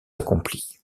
accomplis